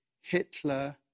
Hitler